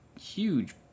huge